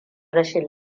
rashin